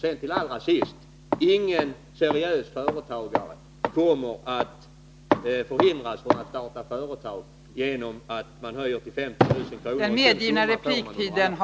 Och till allra sist: Ingen seriös företagare kommer att hindras att starta företag genom höjningen till 50 000 kr.